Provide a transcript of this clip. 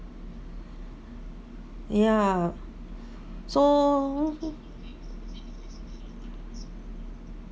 ya so